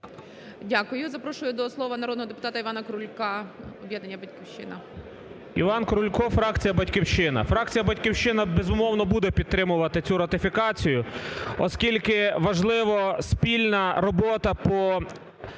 Дякую. Запрошую до слова народного депутата Івана Крулька, об'єднання "Батьківщина".